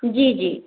जी जी